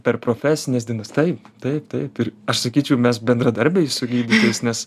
per profesines dienas taip taip taip ir aš sakyčiau mes bendradarbiai su gydytojais nes